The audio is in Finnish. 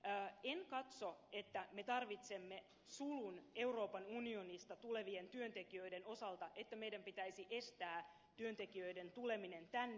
en katso että me tarvitsemme sulun euroopan unionista tulevien työntekijöiden osalta että meidän pitäisi estää työntekijöiden tuleminen tänne